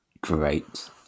Great